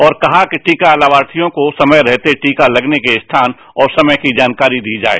और कहा कि टीका लामार्थियों को समय रहते टीका लगने के स्थान और समय की जानकारी दी जाए